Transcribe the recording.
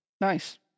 Nice